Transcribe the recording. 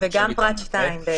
שאנחנו פנינו לפרופ' גרוטו הנכבד,